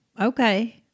Okay